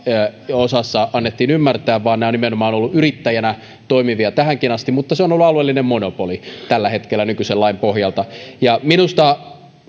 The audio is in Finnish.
jo annettiin ymmärtää vaan nämä nimenomaan ovat olleet yrittäjinä toimivia tähänkin asti mutta se on ollut alueellinen monopoli tällä hetkellä nykyisen lain pohjalta ja